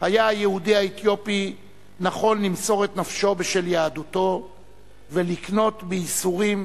היה היהודי האתיופי נכון למסור את נפשו בשל יהדותו ולקנות בייסורים